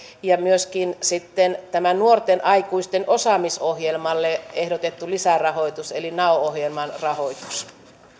ja myöskin sitten nuorten aikuisten osaamisohjelmalle ehdotettu lisärahoitus eli nao ohjelman rahoitus